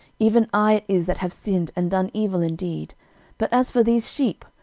even i it is that have sinned and done evil indeed but as for these sheep,